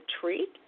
treat